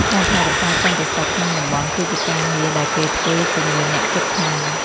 ការថែរក្សាសន្តិសុខក្នុងតំបន់គឺជាការងារដែលគេធ្វើជាមួយអ្នកជិតខាង។